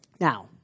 Now